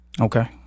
Okay